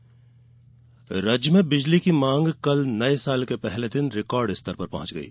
बिजली मांग राज्य में बिजली की मांग कल नए साल के पहले दिन रिकॉर्ड स्तर पर पहंच गयी